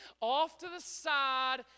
off-to-the-side